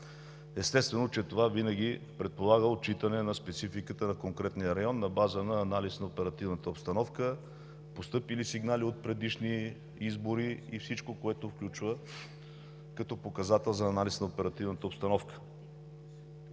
Естествено, че това винаги предполага отчитане на спецификата на конкретния район на база на анализ на оперативната обстановка, постъпили сигнали от предишни избори и всичко, което включва като показател за анализ на оперативната обстановка.